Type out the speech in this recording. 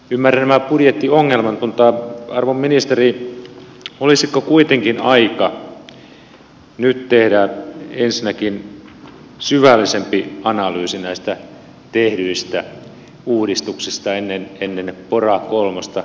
ymmärrän nämä budjettiongelmat mutta arvon ministeri olisiko kuitenkin aika nyt tehdä ensinnäkin syvällisempi analyysi näistä tehdyistä uudistuksista ennen pora kolmosta